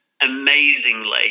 amazingly